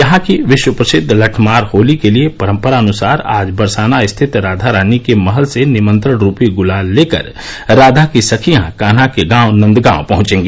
यहां की विश्व प्रसिद्ध लट्ठमार होली के लिए परम्परानुसार आज बरसाना रिथत राधा रानी के महल से निमंत्रण रूपी गुलाल लेकर राधा की सखिया कान्हा के गांव नन्दगांव पहंचेंगी